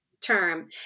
term